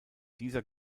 dieser